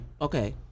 okay